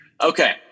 Okay